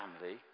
family